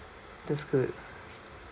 that's good